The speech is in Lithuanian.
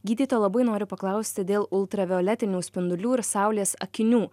gydytoja labai noriu paklausti dėl ultravioletinių spindulių ir saulės akinių